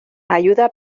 ayuda